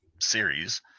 series